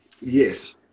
Yes